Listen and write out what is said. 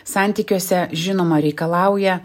santykiuose žinoma reikalauja